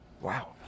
Wow